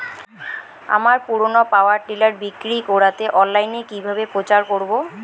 আমার পুরনো power tiller বিক্রি করাতে অনলাইনে কিভাবে প্রচার করব?